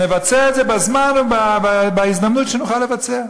נבצע את זה בזמן ובהזדמנות שנוכל לבצע.